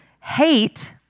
hate